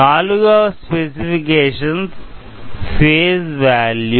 నాలుగవ specification phase value